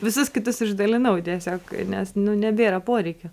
visus kitus išdalinau tiesiog nes nebėra poreikio